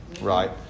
right